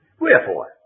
Wherefore